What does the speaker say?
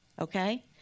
Okay